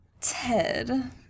Ted